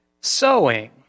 sowing